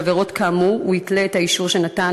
עבירות כאמור הוא יתלה את האישור שנתן.